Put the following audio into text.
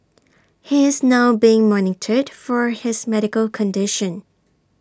he is now being monitored for his medical condition